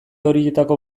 horietako